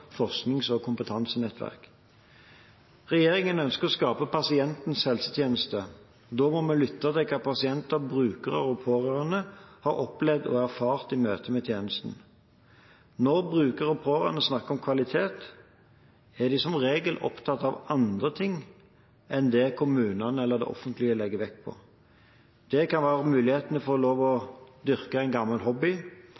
forsknings- og kompetansenettverk. Regjeringen ønsker å skape pasientens helsetjeneste. Da må vi lytte til hva pasienter, brukere og pårørende har opplevd og erfart i møte med tjenestene. Når brukere og pårørende snakker om kvalitet, er de som regel opptatt av andre ting enn det kommunene eller det offentlige legger vekt på. Det kan være muligheten til å få lov til å